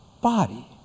body